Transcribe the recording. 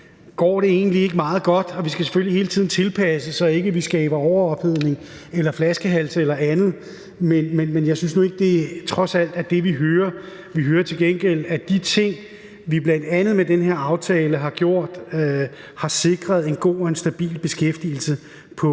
Går det egentlig ikke meget godt? Vi skal selvfølgelig hele tiden tilpasse, så vi ikke skaber overophedning eller flaskehalse eller andet, men jeg synes nu trods alt ikke, at det er det, vi hører. Vi hører til gengæld, at de ting, vi bl.a. med den her aftale har gjort, har sikret en god og en stabil beskæftigelse på